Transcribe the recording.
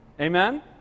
Amen